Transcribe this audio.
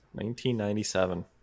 1997